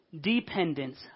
dependence